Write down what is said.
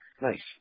Nice